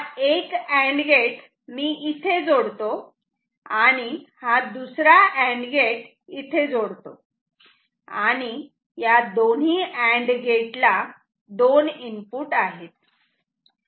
हा एक and gate मी इथे जोडतो आणि हा दुसरा अँड गेट इथे जोडतो आणि या दोन्ही अँड गेट ला 2 इनपुट आहे